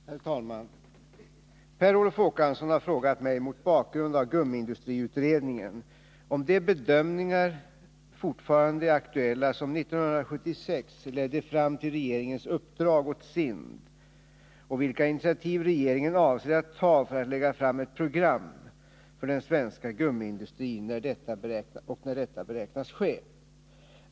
Herr talman! Per Olof Håkansson har frågat mig mot bakgrund av gummiindustriutredningen om de bedömningar fortfarande är aktuella som 1976 ledde fram till regeringens uppdrag åt SIND och vilka initiativ regeringen avser att ta för att lägga fram ett program för den svenska gummiindustrin och när detta beräknas ske.